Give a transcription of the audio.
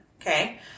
Okay